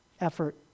effort